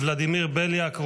ולדימיר בליאק,